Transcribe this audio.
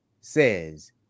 says